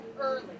early